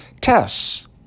tests